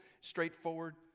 straightforward